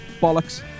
Bollocks